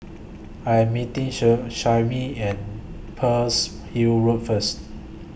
I Am meeting and Pearl's Hill Road First